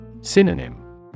Synonym